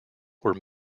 were